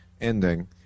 ending